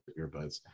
earbuds